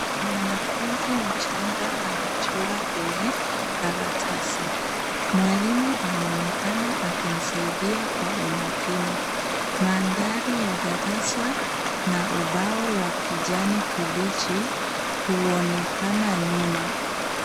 Mwanafunzi mchanga anachora kwenye karatasi, mwalimu anaonekana akimsaidia kwa umakini. Mandhari ya darasa na ubao wa kijani kibichi inaonekana nyuma.